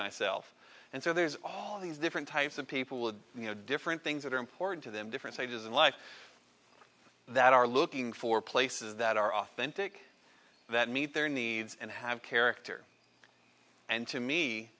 myself and so there's all these different types of people you know different things that are important to them different stages of life that are looking for places that are authentic that meet their needs and have character and to me